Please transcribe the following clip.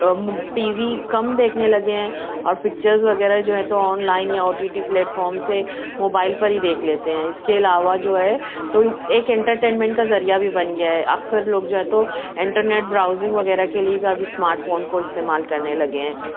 T V کم دیکھنے لگے ہیں اور پکچرز وغیرہ جو ہے تو آن لائن یا او ٹی ٹی پلیٹفارم سے موبائل پر ہی دیکھ لیتے ہیں اس کے علاوہ جو ہے تو ایک انٹرٹینمینٹ کا ذریعہ بھی بن گیا ہے اکثر لوگ جو ہے تو انٹرنيٹ براؤزنگ وغيرہ كے ليے بھى اسمارٹ فون کو استعمال کرنے لگے ہیں